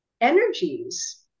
energies